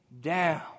down